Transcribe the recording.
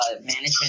management